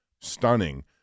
stunning